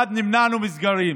אחד, נמנענו מסגרים